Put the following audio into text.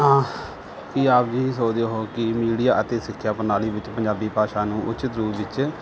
ਆਂ ਕੀ ਆਪ ਜੀ ਸੋਚਦੇ ਹੋ ਕਿ ਮੀਡੀਆ ਅਤੇ ਸਿੱਖਿਆ ਪ੍ਰਣਾਲੀ ਵਿੱਚ ਪੰਜਾਬੀ ਭਾਸ਼ਾ ਨੂੰ ਉਚਿਤ ਰੂਪ ਵਿੱਚ